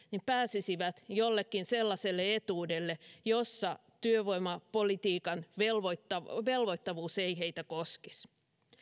pääsisivät jollekin sellaiselle etuudelle että työvoimapolitiikan velvoittavuus velvoittavuus ei heitä koskisi